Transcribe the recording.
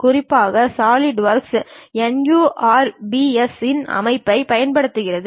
குறிப்பாக SolidWorks NURBS இன் அமைப்பைப் பயன்படுத்துகிறது